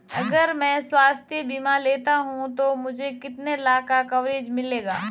अगर मैं स्वास्थ्य बीमा लेता हूं तो मुझे कितने लाख का कवरेज मिलेगा?